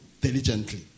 diligently